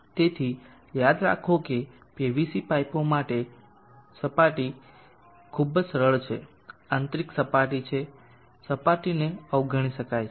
તેથી યાદ કરો કે પીવીસી પાઈપો માટે સપાટી ખૂબ જ સરળ છે આંતરિક સપાટી છે સપાટી ને અવગણી શકાય છે